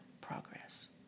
progress